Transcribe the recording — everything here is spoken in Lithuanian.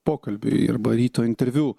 pokalbiui arba ryto interviu